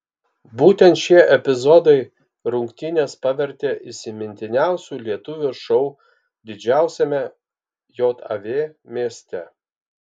būtent šie epizodai rungtynes pavertė įsimintiniausiu lietuvio šou didžiausiame jav mieste